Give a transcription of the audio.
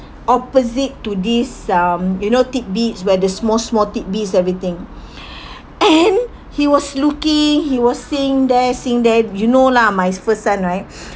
opposite to this um you know tidbits where the small small tidbits everything and he was looking he was seeing there seeing there you know lah my first son right